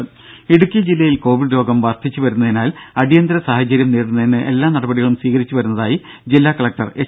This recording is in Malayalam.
ദ്ദേ ഇടുക്കി ജില്ലയിൽ കോവിഡ് രോഗം വർദ്ധിച്ചു വരുന്നതിനാൽ അടിയന്തര സാഹചര്യം നേരിടുന്നതിന് എല്ലാ നടപടികളും സ്വീകരിച്ചു വരുന്നതായി ജില്ലാ കലക്ടർ എച്ച്